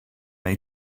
may